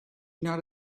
not